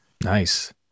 nice